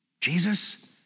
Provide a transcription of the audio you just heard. Jesus